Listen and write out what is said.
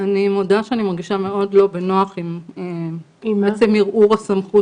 אני מודה שאני מרגישה מאוד לא בנוח עם עצם ערעור הסמכות